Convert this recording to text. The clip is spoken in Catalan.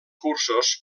cursos